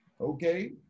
Okay